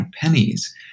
pennies